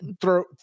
throw